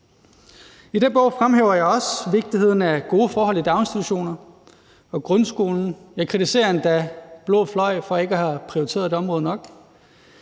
I den bog fremhæver jeg også vigtigheden af gode forhold i daginstitutioner og grundskolen. Jeg kritiserer endda blå fløj for ikke at have prioriteret det område nok.